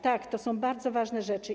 Tak, to bardzo ważne rzeczy.